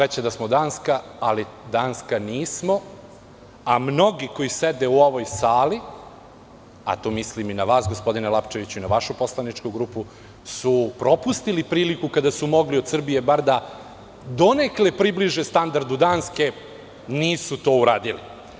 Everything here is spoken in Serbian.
Kamo sreće da smo Danska, ali Danska nismo, a mnogi koji sede u ovoj sali, a tu mislim i na vas gospodine Lapčeviću i na vašu poslaničku grupu, su propustili priliku kada su mogli od Srbije bar da donekle približe standardu Danske, nisu to uradili.